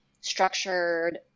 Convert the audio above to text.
structured